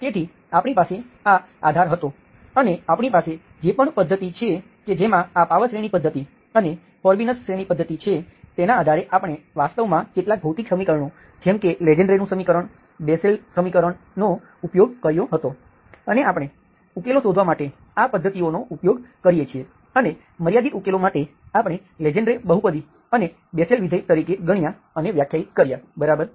તેથી આપણી પાસે આ આધાર હતો અને આપણી પાસે જે પણ પદ્ધતિ છે કે જેમાં આ પાવર શ્રેણી પદ્ધતિ અને ફોર્બિનસ શ્રેણી પદ્ધતિ છે તેના આધારે આપણે વાસ્તવમાં કેટલાક ભૌતિક સમીકરણો જેમ કે લેજેન્ડ્રેનું સમીકરણ Legendre's Equation બેસેલ સમીકરણ નો ઉપયોગ કર્યો હતો અને આપણે ઉકેલો શોધવા માટે આ પદ્ધતિઓનો ઉપયોગ કરીએ છીએ અને મર્યાદિત ઉકેલો માટે આપણે લેજેન્ડ્રે બહુપદી અને બેસેલ વિધેય તરીકે ગણ્યા અને વ્યાખ્યાયિત કર્યા બરાબર